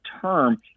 term